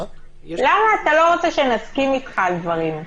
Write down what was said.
למה אתה לא רוצה שנסכים איתך על דברים?